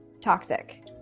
toxic